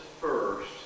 first